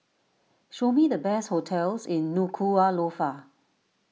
show me the best hotels in Nuku'alofa